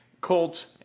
Colts